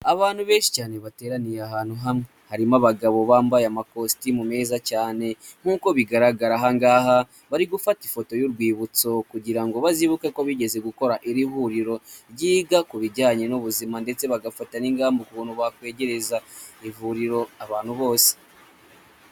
Abantu benshi cyane bateraniye ahantu hamwe, harimo abagabo bambaye amakositimu meza cyane, nkuko bigaragara, ahangaha bari gufata ifoto y'urwibutso kugira ngo bazibuke ko bigeze gukora iri huriro ryiga ku bijyanye n'ubuzima ndetse bagafata n'ingamba ku buntu bakwegereza ivuriro abantu bose.